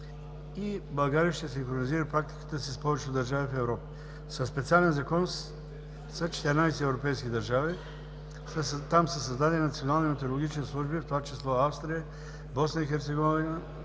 и България ще синхронизира практиката си с повечето от държавите в Европа. Със специален закон в 14 европейски държави са създадени национални метеорологични служби, в това число Австрия, Босна и Херцеговина,